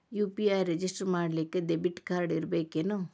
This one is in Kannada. ಯು.ಪಿ.ಐ ರೆಜಿಸ್ಟರ್ ಮಾಡ್ಲಿಕ್ಕೆ ದೆಬಿಟ್ ಕಾರ್ಡ್ ಇರ್ಬೇಕೇನು?